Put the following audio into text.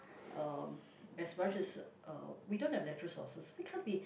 um as much as uh we don't have natural sources we can't be